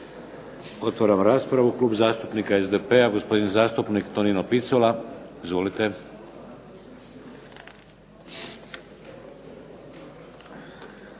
Otvaram raspravu. Klub zastupnika SDP-a, gospodin zastupnik Tonino Picula. Izvolite.